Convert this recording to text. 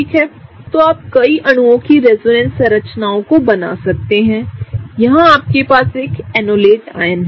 तो आप कई अणुओं की रेजोनेंस संरचनाओं को बना सकते हैं यहां आपके पास एक एनोलेट आयन है